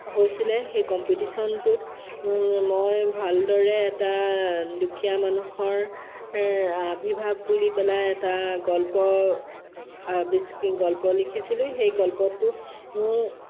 হৈছিলে সেই কম্পিটিশ্যনটোত মই ভালদৰে এটা দুখীয়া মানুহৰ আৱিৰ্ভাৱ বুলি পেলাই এটা গল্প গল্প লিখিছিলো সেই গল্পটোত